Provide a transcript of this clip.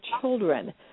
children